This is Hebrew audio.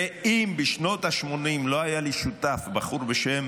ואם בשנות השמונים לא היה לי שותף, בחור בשם